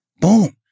boom